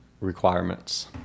requirements